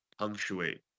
punctuate